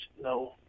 no